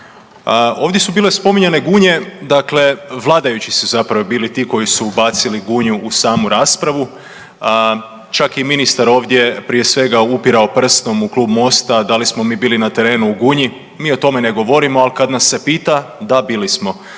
Ovdje su bile spominjane Gunje. Dakle, vladajući su zapravo bili ti koji su ubacili Gunju u samu raspravu. Čak je i ministar ovdje prije svega upirao prstom u klub MOST-a da li smo mi bili na terenu u Gunji. Mi o tome ne govorimo, ali kad nas se pita, da bili smo